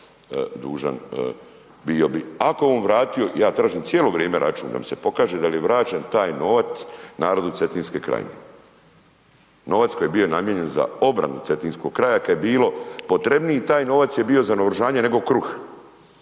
Ako je on vratio, ja tražim cijelo vrijeme račun da mi se pokaže da li je vraćen taj novac narodu Cetinske krajine. Novac koji je bio namijenjen za obranu Cetinskog kraja, kada je bilo, potrebniji taj novac je bio za naoružanje nego kruh